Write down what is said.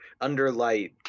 Under-light